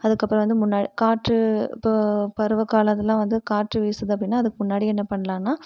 அதுக்கப்புறம் வந்து முன்னாடி காற்று இப்போது பருவகாலத்திலலாம் வந்து காற்று வீசுது அப்படின்னா அதுக்கு முன்னாடியே என்ன பண்ணலான்னா